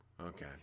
Okay